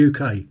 UK